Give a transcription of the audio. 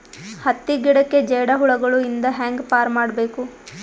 ಹತ್ತಿ ಗಿಡಕ್ಕೆ ಜೇಡ ಹುಳಗಳು ಇಂದ ಹ್ಯಾಂಗ್ ಪಾರ್ ಮಾಡಬೇಕು?